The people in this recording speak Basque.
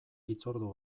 hitzordu